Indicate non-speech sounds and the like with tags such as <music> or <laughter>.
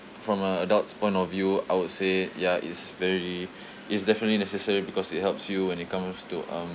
from a adults point of view I would say ya it's very <breath> it's definitely necessary because it helps you when it comes to um